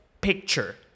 Picture